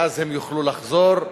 ואז הם יוכלו לחזור.